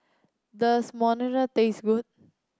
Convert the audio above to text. does Monsunabe taste good